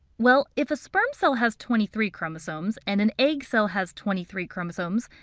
well, if a sperm cell has twenty three chromosomes and an egg cell has twenty three chromosomes,